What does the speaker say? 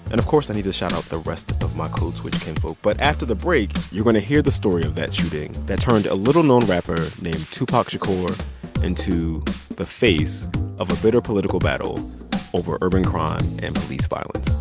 and of course, i need to shout out the rest of my code switch kinfolk, but after the break, you're going to hear the story of that shooting that turned a little-known rapper named tupac shakur into the face of a bitter political battle over urban crime and police violence.